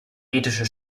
ethische